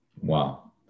Wow